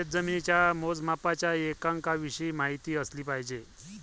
शेतजमिनीच्या मोजमापाच्या एककांविषयी माहिती असली पाहिजे